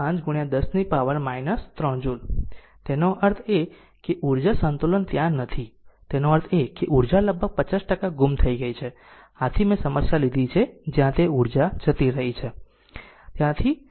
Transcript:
5 10 આવે છે 3 જ્યુલ્સ તેનો અર્થ એ કે ઊર્જા સંતુલન ત્યાં નથી તેનો અર્થ એ કે ઊર્જા લગભગ 50 ટકા ગુમ થઈ ગઈ છે આથી જ આ સમસ્યા મેં લીધી છે જ્યાં તે ઊર્જા જતી રહી છે